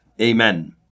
Amen